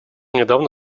недавно